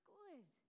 good